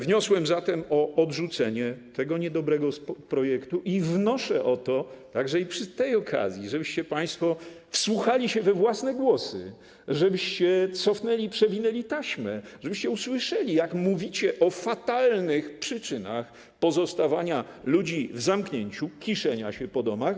Wniosłem zatem o odrzucenie tego niedobrego projektu i wnoszę o to, także i przy tej okazji, żebyście państwo wsłuchali się we własne głosy, żebyście cofnęli i przewinęli taśmę, żebyście usłyszeli, jak mówicie o fatalnych przyczynach pozostawania ludzi w zamknięciu, kiszenia się po domach.